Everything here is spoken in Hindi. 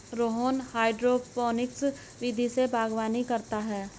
रोहन हाइड्रोपोनिक्स विधि से बागवानी करता है